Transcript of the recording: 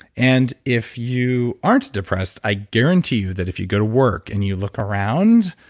and if you aren't depressed, i guarantee you that if you go to work and you look around,